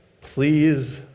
please